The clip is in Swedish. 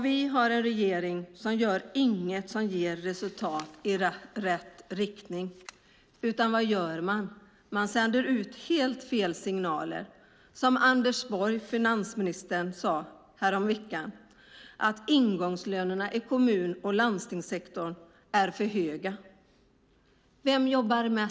Vi har en regering som inte gör någonting som ger resultat i rätt riktning utan man sänder helt fel signaler. Häromveckan sade finansminister Anders Borg att ingångslönerna i kommun och landstingssektorn är för höga. Vilka jobbar där?